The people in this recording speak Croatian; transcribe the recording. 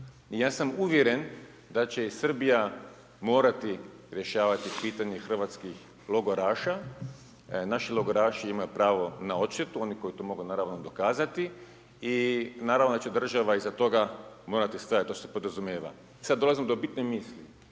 Ja sam uvjeren da će i Srbija morati rješavati pitanje hrvatskih logoraša. Naši logoraši imaju pravo na odštetu, oni koji to mogu, naravno, dokazati i naravno da će država iza toga morati stajati, to se podrazumijeva. Sad dolazimo do bitne misli.